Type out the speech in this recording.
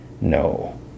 no